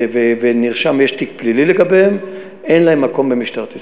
ויש תיק פלילי לגביהם, אין להם מקום במשטרת ישראל.